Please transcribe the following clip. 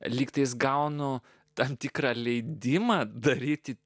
lygtys gaunu tam tikrą leidimą daryti